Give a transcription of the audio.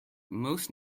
most